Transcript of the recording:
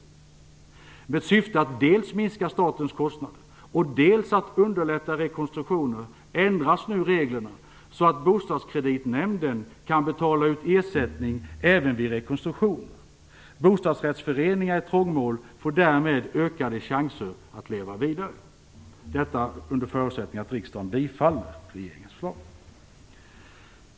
Med syfte dels att minska statens kostnader, dels att underlätta rekonstruktioner ändras nu reglerna så att Bostadskreditnämnden kan betala ut ersättning även vid rekonstruktioner. Bostadsrättsföreningar i trångmål får därmed ökade chanser att leva vidare - detta under förutsättning att riksdagen bifaller regeringens förslag.